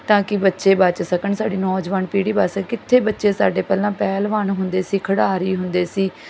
ਤਾਂ ਕਿ ਬੱਚੇ ਬਚ ਸਕਣ ਸਾਡੀ ਨੌਜਵਾਨ ਪੀੜ੍ਹੀ ਬਚ ਸਕੇ ਕਿੱਥੇ ਬੱਚੇ ਸਾਡੇ ਪਹਿਲਾਂ ਪਹਿਲਵਾਨ ਹੁੰਦੇ ਸੀ ਖਿਡਾਰੀ ਹੁੰਦੇ ਸੀ